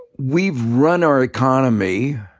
we've run our economy